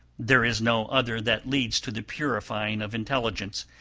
there is no other that leads to the purifying of intelligence.